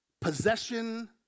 possession